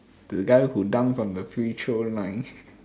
the guy who dunk from the free throw line